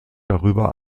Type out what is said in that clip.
darüber